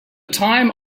time